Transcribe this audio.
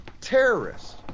terrorists